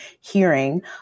hearing